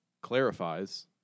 clarifies